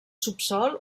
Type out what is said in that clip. subsòl